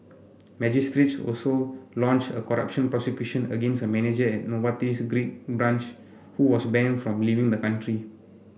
magistrates also launched a corruption prosecution against a manager at Novartis's Greek branch who was banned from leaving the country